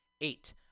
eight